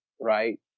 right